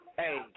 hey